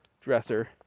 dresser